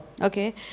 Okay